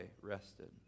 rested